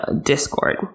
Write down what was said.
Discord